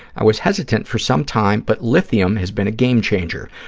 i was hesitant for some time, but lithium has been a game-changer.